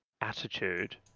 attitude